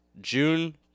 June